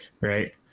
right